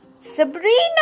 Sabrina